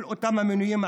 כל אותם המינויים,